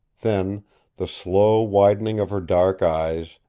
then the slow widening of her dark eyes,